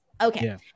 Okay